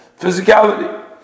physicality